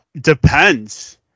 depends